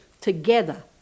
together